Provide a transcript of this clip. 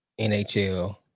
NHL